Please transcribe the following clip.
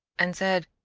and said,